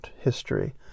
history